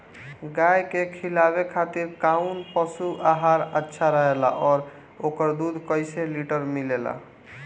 गाय के खिलावे खातिर काउन पशु आहार अच्छा रहेला और ओकर दुध कइसे लीटर मिलेला?